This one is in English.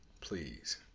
please